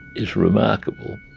is remarkable.